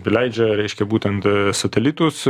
pileidžia reiškia būtent satelitus